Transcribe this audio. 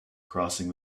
crossing